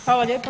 Hvala lijepa.